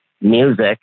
music